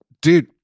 dude